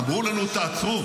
אמרנו לנו: תעצרו,